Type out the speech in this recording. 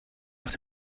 nach